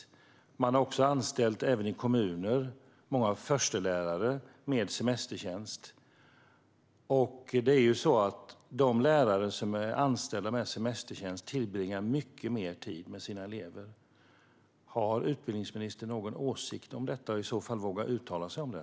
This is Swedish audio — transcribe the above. Även kommunala skolor har anställt många förstelärare på semestertjänst. Lärare med semestertjänst tillbringar nämligen mycket mer tid med sina elever. Har utbildningsministern någon åsikt om detta? Vågar han i så fall uttala sig om det?